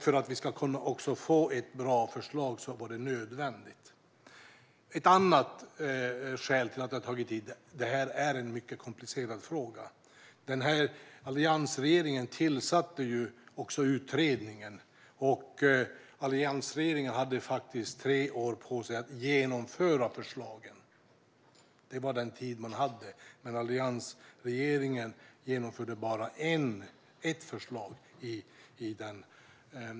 För att det ska bli ett bra förslag var det nödvändigt att det fick ta den tiden. Ett annat skäl till att det har tagit tid är att detta är en mycket komplicerad fråga. Alliansregeringen tillsatte utredningen. Man hade tre år på sig att genomföra förslagen, men alliansregeringen genomförde bara ett förslag.